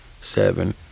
seven